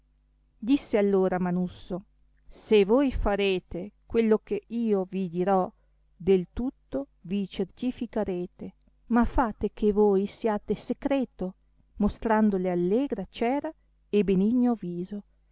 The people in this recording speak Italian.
disse allora manusso se voi farete quello che io vi dirò del tutto vi certiflcarete ma fate che voi siate secreto mostrandole allegra ciera e benigno viso